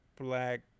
black